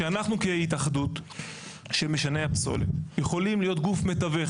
כהתאחדות של משנעי הפסולת אנחנו יכולים להיות גוף מתווך,